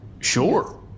Sure